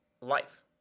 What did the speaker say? life